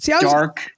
dark